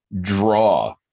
draw